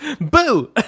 Boo